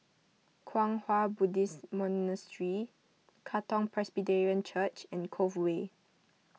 Kwang Hua Buddhist Monastery Katong Presbyterian Church and Cove Way